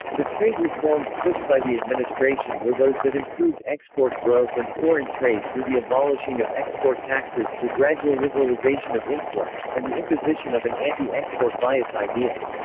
the trade reforms pushed by the administration were those that improved export growth and foreign trade through the abolishing of export taxes, the gradual liberalization of imports, and the imposition of an anti-export bias ideal.